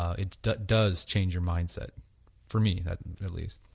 it does does change your mind set for me at least